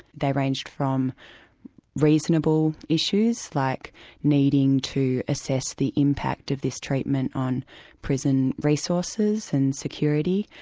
they ranged from reasonable issues, like needing to assess the impact of this treatment on prison resources and security,